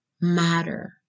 matter